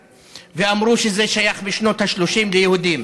ואמרו שזה היה שייך בשנות ה-30 ליהודים.